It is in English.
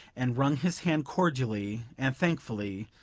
and wrung his hand cordially and thankfully,